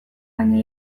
baina